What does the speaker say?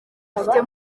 afite